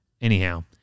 Anyhow